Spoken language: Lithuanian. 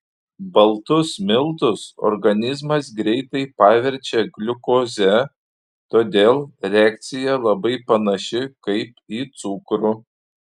baltus miltus organizmas greitai paverčia gliukoze todėl reakcija labai panaši kaip į cukrų